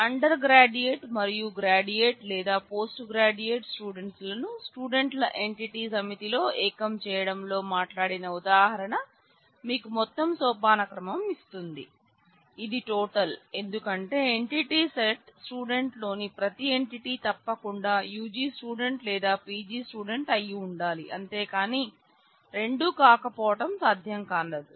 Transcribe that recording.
అండర్గ్రాడ్యుయేట్లో ఏకం చేయడంలో మాట్లాడిన ఉదాహరణ మీకు మొత్తం సోపానక్రమం ఇస్తుంది ఇది టోటల్ ఎందుకంటే ఎంటిటీ సెట్ స్టూడెంట్ లోని ప్రతి ఎంటిటీ తప్పకుండా యుజి స్టూడెంట్ లేదా పిజి స్టూడెంట్ అయి ఉండాలి అంతేకానీ రెండూ కాకపోవటం సాధ్యం కాదు